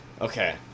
Okay